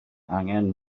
angen